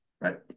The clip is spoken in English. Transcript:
right